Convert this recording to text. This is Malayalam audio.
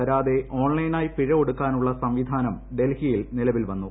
വരാതെ ഓൺലൈനായി പിഴ ഒടുക്കാനുള്ള സംവിധാനം ഡൽഹിയിൽ നിലവിൽ വന്നു